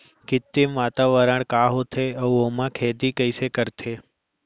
कृत्रिम वातावरण का होथे, अऊ ओमा खेती कइसे करथे?